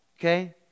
okay